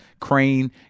crane